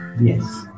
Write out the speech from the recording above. Yes